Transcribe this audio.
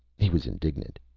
he was indignant.